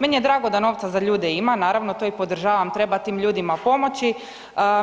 Meni je drago da novca za ljude ima, naravno to i podržavam, treba tim ljudima pomoći,